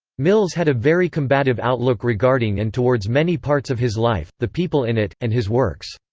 mills had a very combative outlook regarding and towards many parts of his life, the people in it, and his works.